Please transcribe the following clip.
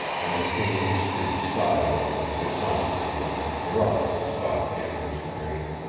and the king of the street sighed over the dishonesty that had corrupted the stock gamblers' trade.